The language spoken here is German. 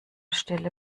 stelle